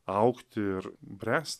augti ir bręs